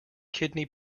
kidney